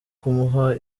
kumuha